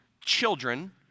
children